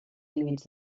límits